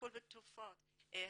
טיפול בתרופות,